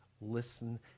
listen